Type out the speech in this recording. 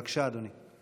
בבקשה, אדוני.